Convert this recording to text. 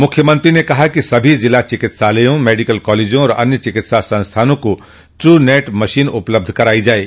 मुख्यमंत्री ने कहा कि सभी जिला चिकित्सालयों मेडिकल कॉलेजों तथा अन्य चिकित्सा संस्थानों को ट्रूनैट मशीन उपलब्ध कराई जाये